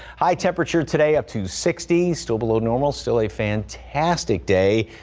high temperature today up to sixty still below normal still a fantastic day.